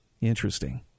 Interesting